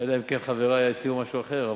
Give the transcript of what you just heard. אלא אם כן חברי יציעו משהו אחר.